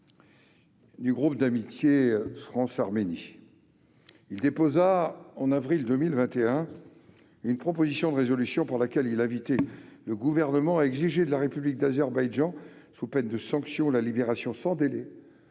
du groupe d'amitié France-Arménie, il déposa, en avril 2021, une proposition de résolution par laquelle il invitait le Gouvernement « à exiger de la République d'Azerbaïdjan, sous peine de sanctions, [...] la libération sans délai